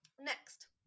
Next